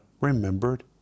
remembered